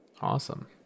Awesome